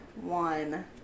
one